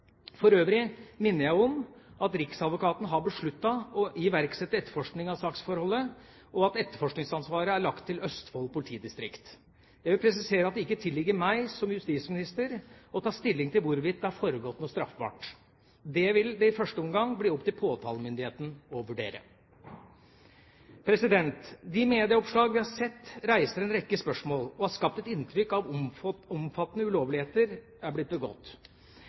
For øvrig minner jeg om at riksadvokaten har besluttet å iverksette etterforskning av saksforholdet, og at etterforskningsansvaret er lagt til Østfold politidistrikt. Jeg vil presisere at det ikke tilligger meg som justisminister å ta stilling til hvorvidt det har foregått noe straffbart. Det vil det i første omgang bli opp til påtalemyndigheten å vurdere. De medieoppslag vi har sett, reiser en rekke spørsmål og har skapt et inntrykk av at omfattende ulovligheter er blitt begått. Jeg har ikke vært kjent med at det har vært begått